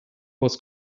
was